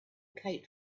kite